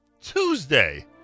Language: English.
tuesday